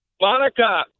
Monica